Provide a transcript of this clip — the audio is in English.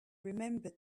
remembered